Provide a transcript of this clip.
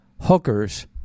hookers